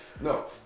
No